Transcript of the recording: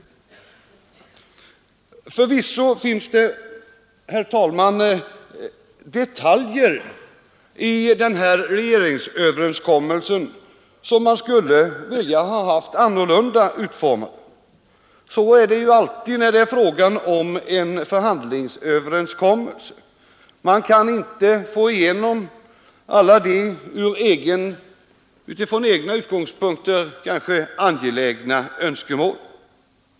Förvisso finns det, herr talman, detaljer i den här regeringsöverenskommelsen som man skulle vilja ha annorlunda utformade. Så är det ju alltid när det är fråga om en förhandlingsöverenskommelse. Man kan inte få igenom alla de önskemål som är angelägna utifrån de egna utgångspunkterna.